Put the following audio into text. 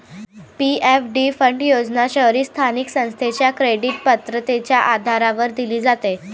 PFD fund योजना शहरी स्थानिक संस्थेच्या क्रेडिट पात्रतेच्या आधारावर दिली जाते